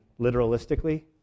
literalistically